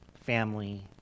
family